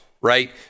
right